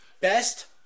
best